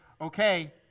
okay